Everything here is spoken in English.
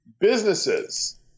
Businesses